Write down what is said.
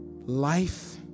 life